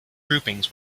groupings